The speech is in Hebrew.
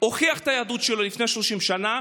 והוכיח את היהדות שלו לפני 30 שנה,